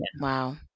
wow